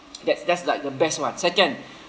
that's that's like the best one second